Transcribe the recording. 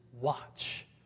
watch